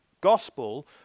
Gospel